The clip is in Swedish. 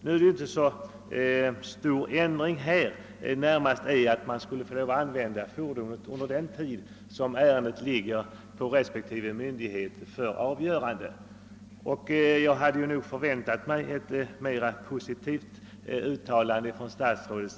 Nu är det inte någon större ändring det gäller — det är närmast fråga om att ägarna skulle få lov att använda fordonen under den tid då ärendena ligger hos vederbörande myndighet för avgörande. Jag hade på denna punkt väntat mig ett positivt uttalande av statsrådet.